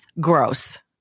Gross